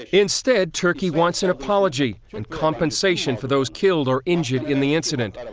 instead, turkey wants an apology and compensation for those killed or injured in the incident.